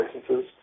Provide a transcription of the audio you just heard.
licenses